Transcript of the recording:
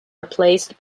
replaced